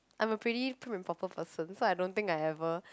I'm a pretty prim and proper person so I don't think I ever